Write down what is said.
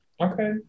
Okay